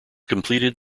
completed